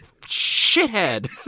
shithead